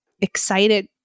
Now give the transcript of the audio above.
excited